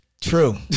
True